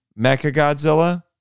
Mechagodzilla